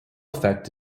effect